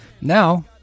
Now